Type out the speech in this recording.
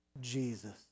Jesus